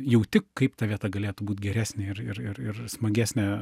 jauti kaip ta vieta galėtų būt geresnė ir ir ir ir smagesnė